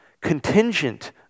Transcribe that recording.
contingent